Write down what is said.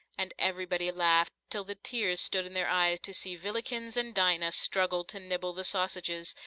and everybody laughed till the tears stood in their eyes to see villikins and dinah struggle to nibble the sausages,